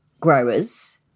growers